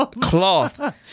Cloth